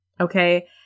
Okay